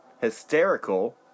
hysterical